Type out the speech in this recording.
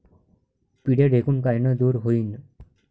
पिढ्या ढेकूण कायनं दूर होईन?